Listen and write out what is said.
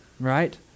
Right